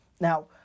Now